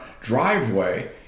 driveway